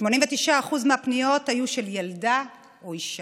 89% מהפניות היו של ילדה או אישה.